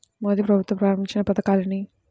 మోదీ ప్రభుత్వం ప్రారంభించిన పథకాలు ఎన్ని?